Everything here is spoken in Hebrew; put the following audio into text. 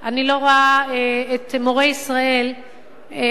אני לא רואה את מורי ישראל מתמודדים